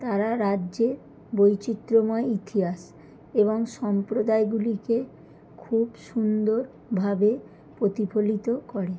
তারা রাজ্যের বৈচিত্র্যময় ইতিহাস এবং সম্প্রদায়গুলিকে খুব সুন্দরভাবে প্রতিফলিত করে